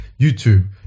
YouTube